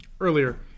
earlier